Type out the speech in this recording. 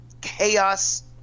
chaos